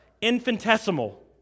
infinitesimal